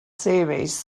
series